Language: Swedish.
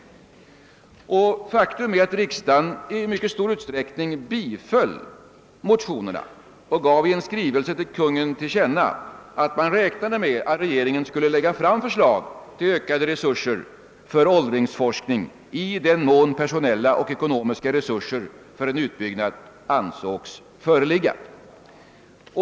Faktum är att riksdagen i mycket stor utsträckning biföll motionerna, och den gav i skrivelse till Konungen till känna att den räknade med att regeringen skulle lägga fram förslag till ökade resurser för åldringsforskning i den mån personella och ekonomiska resurser för en utbyggnad ansågs föreligga.